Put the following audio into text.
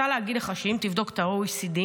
אני רוצה להגיד לך שאם תבדוק את ה-OECD,